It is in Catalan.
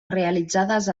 realitzades